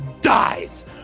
dies